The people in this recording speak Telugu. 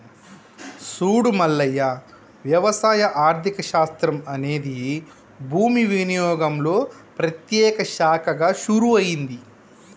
సూడు మల్లయ్య వ్యవసాయ ఆర్థిక శాస్త్రం అనేది భూమి వినియోగంలో ప్రత్యేక శాఖగా షురూ అయింది